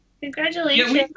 congratulations